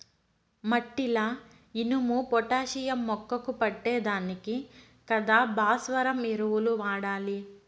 మట్టిల ఇనుము, పొటాషియం మొక్కకు పట్టే దానికి కదా భాస్వరం ఎరువులు వాడాలి